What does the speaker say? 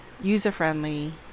user-friendly